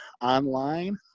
online